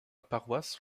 paroisse